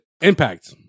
impact